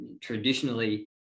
traditionally